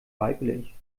weiblich